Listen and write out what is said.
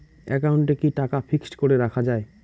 একাউন্টে কি টাকা ফিক্সড করে রাখা যায়?